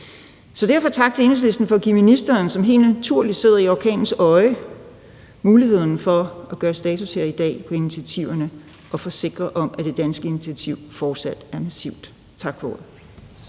Så derfor tak til Enhedslisten for at give ministeren, som helt naturligt sidder i orkanens øje, mulighed for her i dag at gøre status på initiativerne og forsikre os om, at det danske initiativ fortsat er massivt. Tak for ordet.